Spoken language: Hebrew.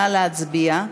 נא להצביע.